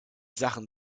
sachen